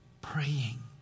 praying